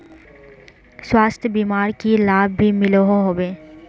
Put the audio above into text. स्वास्थ्य बीमार की की लाभ मिलोहो होबे?